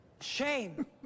Shame